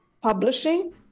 publishing